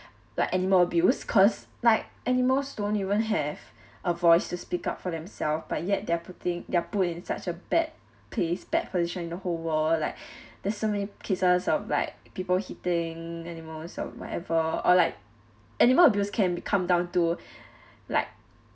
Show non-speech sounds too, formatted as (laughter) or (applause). like animal abuse cause like animals don't even have a voice to speak up for themselves but yet they're putting they are put in such a bad place bad position in the whole world like (breath) there's so many cases of like people hitting animals or whatever or like animal abuse can become down to (breath) like